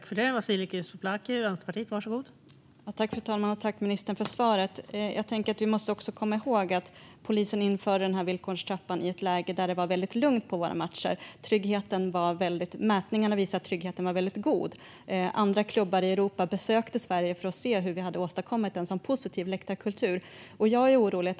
Fru talman! Tack, ministern, för svaret! Jag tänker att vi måste komma ihåg att polisen införde villkorstrappan i ett läge där det var väldigt lugnt på våra matcher. Mätningar visar att tryggheten var väldigt god. Andra klubbar i Europa besökte Sverige för att se hur vi hade åstadkommit en sådan positiv läktarkultur. Jag är orolig.